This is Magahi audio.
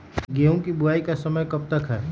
गेंहू की बुवाई का समय कब तक है?